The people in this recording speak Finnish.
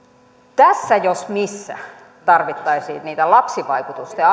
tässä jos missä tarvittaisiin niitä lapsivaikutusten